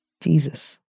Jesus